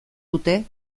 dute